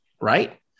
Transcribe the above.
right